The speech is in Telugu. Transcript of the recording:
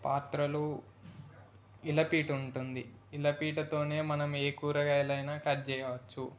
పాత్రలు ఇల పీటుంటుంది ఇల పీటతోనే మనం ఏ కూరగాయలైనా కట్ చెయ్యవచు